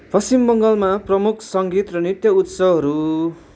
पश्चिम बङ्गालमा प्रमुख सङ्गीत र नृत्य उत्सवहरू